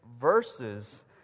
verses